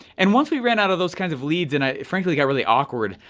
and once we ran out of those kinds of leads and i frankly got really awkward,